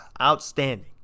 outstanding